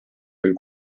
küll